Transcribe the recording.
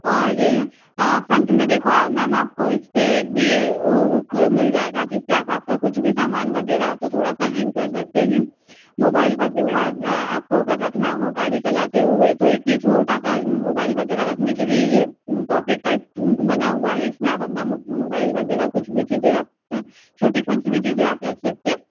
और फ्रंट में देखो आप मैम आपको इसपे ये हुक मिल जाएगा जिसमें आपका कुछ भी सामान वगैरह हो तो हैंग कर सकते हैं मोबाइल वगैरह अगर आपको रखना हो गाड़ी चलाते हुए तो एक ये छोटा सा मोबाइल वगैरह रखने के लिए ये पॉकेट टाइप बना हुआ है इसमें आप अपना मोबाइल वगैरह कुछ भी चीज़ें आप छोटी कुछ भी चीज़ें आप रख सकते हैं